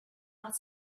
not